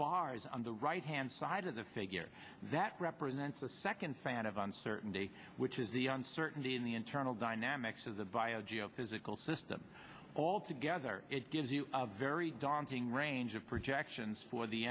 bars on the right hand side of the figure that represents the second fan of uncertainty which is the uncertainty in the internal dynamics of the bio geophysical system altogether it gives you a very daunting range of projections for the